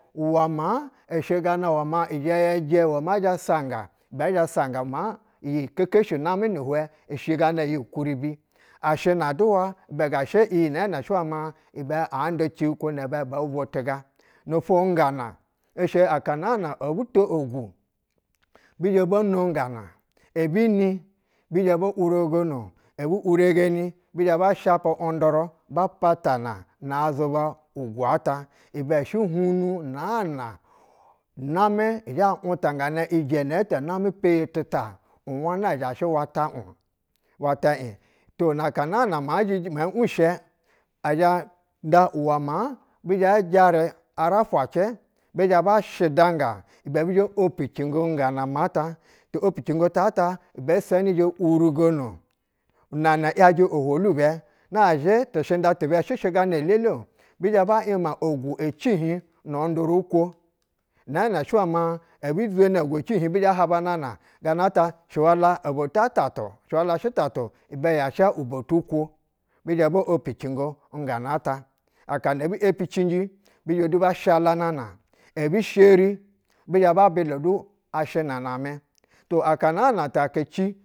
Uwɛ maa ishɛ gana iwɛ ma izhɛ yɛ iwɛ uwɛ ma ɛzhɛ sanga, ibɛ ɛzhɛ sanga maa iyi kekeshi namɛ ni hwɛ. Ishɛ gana yi kuribi. Ashina duwa iga shɛ iyikwo nibɛ ouwo tuga. Nofwo ngana shɛ aka naa na obu to ogwu, bi zhɛ bo no nana, ebi ni bi zhɛ wurogu, ebu wuregeni bi zhɛ bashapɛ unduru ba pata na zuba ugwu-ata. Ibɛ shɛ hwunu naa na namɛ zhɛ wutangana ijɛnɛ tɛ namɛ peye tita ugwana zhashɛ wata uy to naka naana ma zhiji mɛ wushɛ a zhɛ nda uwɛ ma buzhɛ jarɛ ararafwacɛ ba zhɛ ba shidanga bi zhɛ ba opcingo ngana mata. Tu opicingota ta ibɛ isɛnu zhɛ wurugono inɛnɛ yajɛ ohwolu bɛ, nazhɛtishinda ti bɛ shɛshɛ gana lele-o, bi zhɛ ba yima ogwu ecihiy nunduru kwo nana shɛ wɛma ebu zweni wuchihin bizhɛ ɛhabanana gana ta shiwala obotu atatu shiwala shi tatu ibɛ yasha ubotu ukwo bizhɛ bo opcingo n ngana ta. Akana ebi epicinji bizhɛ du ba shalanana ebi sheri bi zhɛ ba bila du ashina namɛ. To aka naa na ta aka ci.